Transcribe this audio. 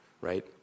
right